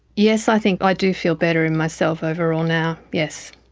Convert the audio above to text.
yes, i think i do feel better in myself overall now, yes,